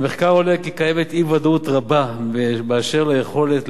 מהמחקר עולה כי קיימת אי-ודאות רבה באשר ליכולת,